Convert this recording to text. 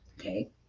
okay